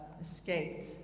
escaped